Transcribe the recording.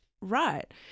right